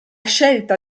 scelta